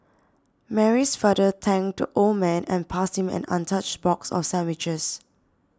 Mary's father thanked the old man and passed him an untouched box of sandwiches